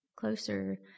Closer